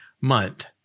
month